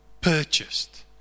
purchased